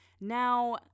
Now